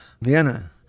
Vienna